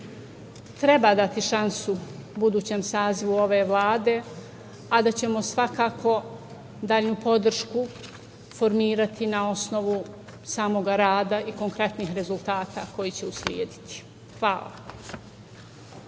treba dati šansu budućem sazivu ove Vlade, a da ćemo svakako dalju podršku formirati na osnovu samog rada i konkretnih rezultata koji će uslediti. Hvala.